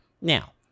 Now